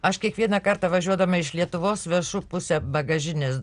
aš kiekvieną kartą važiuodama iš lietuvos vežu pusę bagažinės